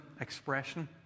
expression